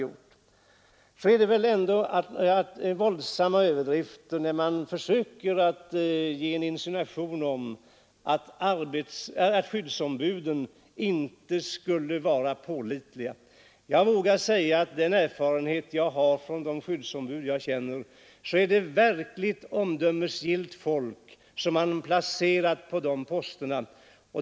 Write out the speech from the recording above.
Det är väl ändå våldsamma överdrifter när man försöker insinuera att skyddsombuden inte skulle vara pålitliga. Jag vågar säga, utgående från den erfarenhet jag har av de skyddsombud jag känner, att det är verkligt omdömesgillt folk som man placerat på dessa poster.